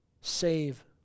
save